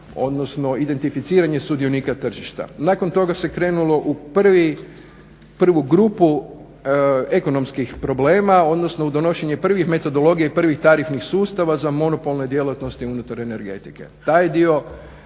odnosno identificiranja sudionika tržišta. Nakon toga se krenulo u prvu grupu ekonomskih problema, odnosno u donošenje prvih metodologija i prvih tarifnih sustava za monopolne djelatnosti unutar energetike. Taj dio